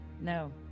No